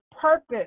purpose